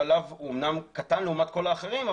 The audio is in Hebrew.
שהוא אמנם קטן לעומת האחרים,